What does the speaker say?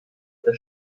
der